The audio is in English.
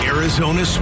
Arizona